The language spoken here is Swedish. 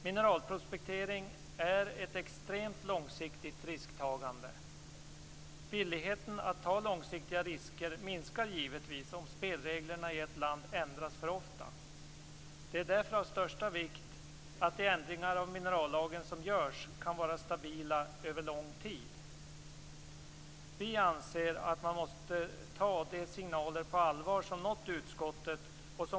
Mineralprospektering är ett extremt långsiktigt risktagande. Villigheten att ta långsiktiga risker minskar givetvis om spelreglerna i ett land ändras för ofta. Det är därför av största vikt att de ändringar av minerallagen som görs kan vara stabila över mycket lång tid. Vi anser att man måste ta de signaler som nått utskottet på allvar.